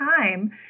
time